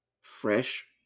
fresh